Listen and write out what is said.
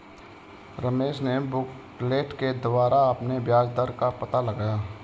रमेश ने बुकलेट के द्वारा अपने ब्याज दर का पता लगाया